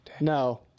no